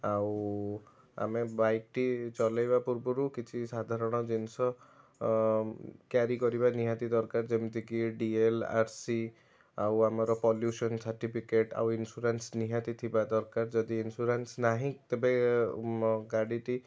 ଆଉ ଆମେ ବାଇକ୍ ଟି ଚଲାଇବା ପୁର୍ବରୁ କିଛି ସାଧାରଣ ଜିନିଷ କ୍ୟାରୀ କରିବା ନିହାତି ଦରକାର ଯେମିତି କି ଡି ଏଲ୍ ଆର ସି ଆଉ ଆମର ପଲ୍ୟୁସନ୍ ସାର୍ଟିଫିକେଟ ଆଉ ଇନ୍ସୁରାନ୍ସ ନିହାତି ଥିବା ଦରକାର ଯଦି ଇନ୍ସୁରାନ୍ସ ନାହିଁ ତେବେ ଗାଡ଼ିଟି